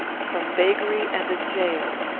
from beggary and a jail,